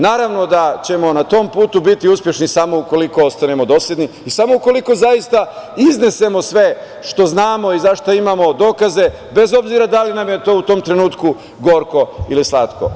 Naravno da ćemo na tom putu biti uspešni samo ukoliko ostanemo dosledni i samo ukoliko zaista iznesemo sve što znamo i za šta imamo dokaze, bez obzira da li nam je to u tom trenutku gorko ili slatko.